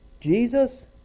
Jesus